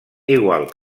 igual